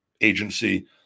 agency